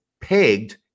pegged